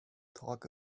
talk